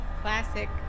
classic